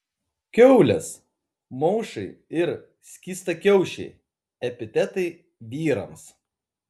kiaulės maušai ir skystakiaušiai epitetai vyrams